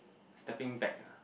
stepping back